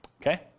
Okay